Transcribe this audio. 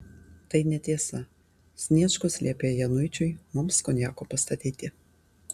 tai netiesa sniečkus liepė januičiui mums konjako pastatyti